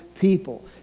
people